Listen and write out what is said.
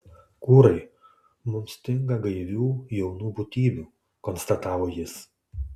kūrai mums stinga gaivių jaunų būtybių konstatavo jis